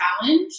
challenge